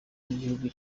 y’igihugu